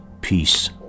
peace